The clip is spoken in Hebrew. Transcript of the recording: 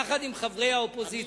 יחד עם חברי האופוזיציה,